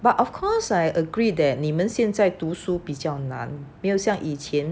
but of course I agree that 你们现在读书比较难没有像以前